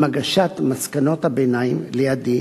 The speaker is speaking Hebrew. עם הגשת מסקנות הביניים לידי